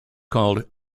called